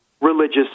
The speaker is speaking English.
religious